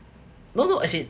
no no as in